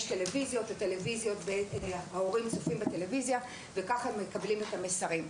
בחדרי ההמתנה יש טלוויזיות והורים יכולים לצפות בהם וכך לקבל את המסרים.